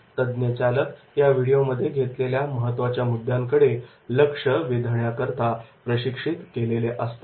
तज्ञ चालक या व्हिडिओमध्ये घेतलेल्या महत्त्वाच्या मुद्द्यांकडे लक्ष वेधण्याकरता प्रशिक्षित केलेले असतात